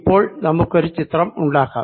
ഇപ്പോൾ നമുക്കൊരു ചിത്രം ഉണ്ടാക്കാം